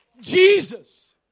Jesus